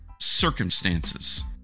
circumstances